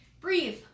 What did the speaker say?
breathe